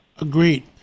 Agreed